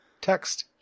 Text